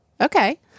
Okay